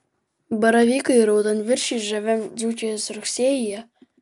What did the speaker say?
baravykai ir raudonviršiai žaviam dzūkijos rugsėjyje